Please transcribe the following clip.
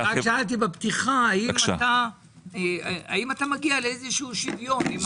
שאלתי בפתיחה, האם אתה מגיע לשוויון?